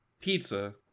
Pizza